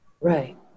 Right